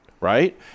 right